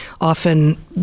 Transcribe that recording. Often